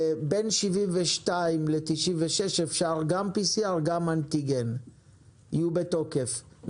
בין 72 ל-96 אפשר גם PCR גם אנטיגן יהיו בתוקף,